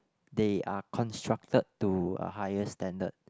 they are constructed to a higher standard